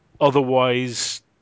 otherwise